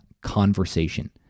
conversation